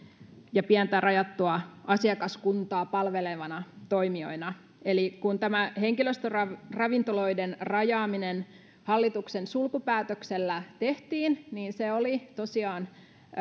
ja pientä rajattua asiakaskuntaa palvelevina toimijoina eli kun tämä henkilöstöravintoloiden rajaaminen hallituksen sulkupäätöksellä tehtiin se oli tosiaan